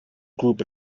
group